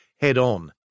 head-on